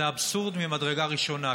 זה אבסורד ממדרגה ראשונה.